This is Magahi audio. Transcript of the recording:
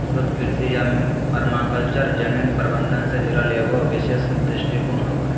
सतत कृषि या पर्माकल्चर जमीन प्रबन्धन से जुड़ल एगो विशेष दृष्टिकोण होबा हइ